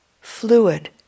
fluid